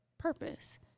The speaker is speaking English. purpose